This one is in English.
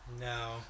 no